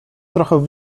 trochę